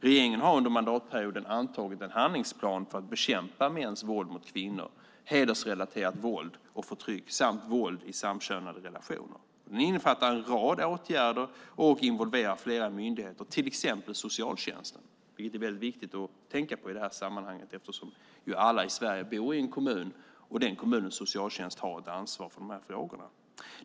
Regeringen har under mandatperioden antagit en handlingsplan för att bekämpa mäns våld mot kvinnor, hedersrelaterat våld och förtryck samt våld i samkönade relationer. Den innefattar en rad åtgärder och involverar flera myndigheter, till exempel socialtjänsten, vilket är viktigt att tänka på i det här sammanhanget. Alla i Sverige bor i en kommun, och den kommunens socialtjänst har ett ansvar för de här frågorna.